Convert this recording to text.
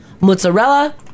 Mozzarella